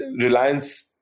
Reliance